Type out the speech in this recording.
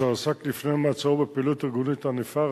עסק לפני המעצר בפעילות ארגונית ענפה,